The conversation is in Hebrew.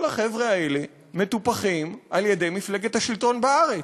כל החבר'ה האלה מטופחים על-ידי מפלגת השלטון בארץ.